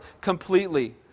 completely